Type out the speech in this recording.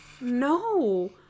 No